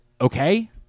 Okay